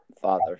Father